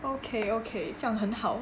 okay okay 这样很好